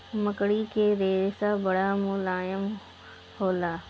मकड़ी के रेशा बड़ा मुलायम होला